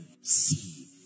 see